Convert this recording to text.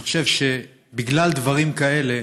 אני חושב שבגלל דברים כאלה